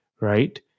right